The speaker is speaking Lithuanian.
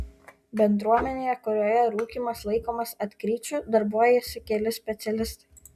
bendruomenėje kurioje rūkymas laikomas atkryčiu darbuojasi keli specialistai